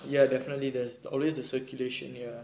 ya definitely there's always the circulation ya